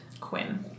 Quinn